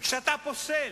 וכשאתה פוסל,